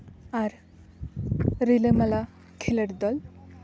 ᱟᱨ ᱨᱤᱞᱟᱹᱢᱟᱞᱟ ᱠᱷᱮᱞᱳᱰ ᱫᱚᱞ